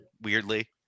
weirdly